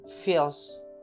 feels